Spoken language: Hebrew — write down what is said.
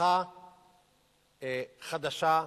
מהפכה חדשה,